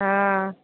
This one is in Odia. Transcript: ଆ